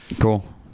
Cool